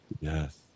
yes